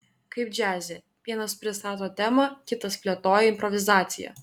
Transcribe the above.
kaip džiaze vienas pristato temą kitas plėtoja improvizaciją